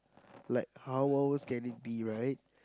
like how lows can it be right